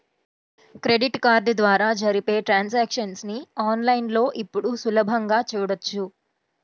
credit card ద్వారా జరిపే transactions ని ఆన్ లైన్ లో ఇప్పుడు సులభంగా చూడొచ్చు